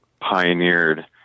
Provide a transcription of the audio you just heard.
pioneered